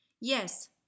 Yes